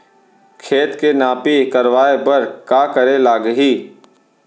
खेत के नापी करवाये बर का करे लागही?